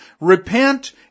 repent